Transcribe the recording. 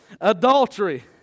Adultery